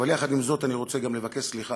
אבל עם זאת אני רוצה גם לבקש סליחה.